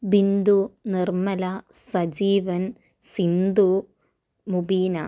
Bindu Nirmala Sajeevan Sindhu Mubeena